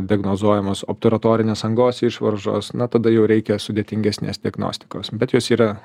diagnozuojamos optaratorinės angos išvaržos na tada jau reikia sudėtingesnės diagnostikos bet jos yra